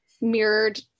mirrored